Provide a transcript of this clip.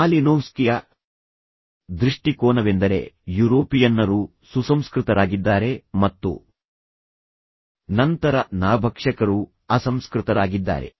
ಮಾಲಿನೋವ್ಸ್ಕಿಯ ದೃಷ್ಟಿಕೋನವೆಂದರೆ ಯುರೋಪಿಯನ್ನರು ಸುಸಂಸ್ಕೃತರಾಗಿದ್ದಾರೆ ಮತ್ತು ನಂತರ ನರಭಕ್ಷಕರು ಅಸಂಸ್ಕೃತರಾಗಿದ್ದಾರೆ